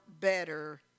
better